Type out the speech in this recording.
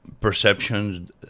perceptions